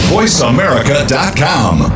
VoiceAmerica.com